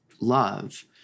love